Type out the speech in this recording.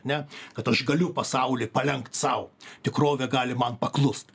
ne kad aš galiu pasaulį palenkt sau tikrovė gali man paklust